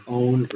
own